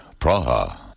Praha